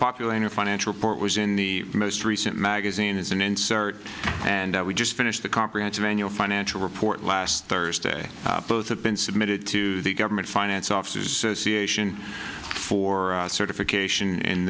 popular in your financial report was in the most recent magazine it's an insert and we just finished the comprehensive annual financial report last thursday both have been submitted to the government finance officers association for certification in